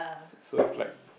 so it's like